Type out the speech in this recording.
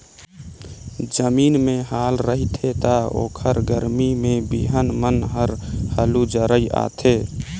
जमीन में हाल रहिथे त ओखर गरमी में बिहन मन हर हालू जरई आथे